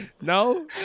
No